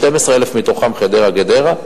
12,000 מהן חדרה גדרה.